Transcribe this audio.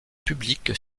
publique